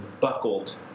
buckled